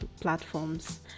platforms